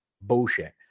bullshit